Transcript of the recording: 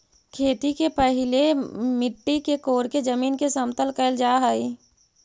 खेती के पहिले मिट्टी के कोड़के जमीन के समतल कैल जा हइ